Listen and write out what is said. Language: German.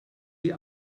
die